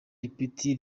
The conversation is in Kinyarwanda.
ipeti